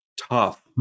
tough